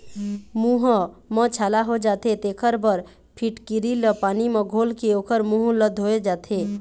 मूंह म छाला हो जाथे तेखर बर फिटकिरी ल पानी म घोलके ओखर मूंह ल धोए जाथे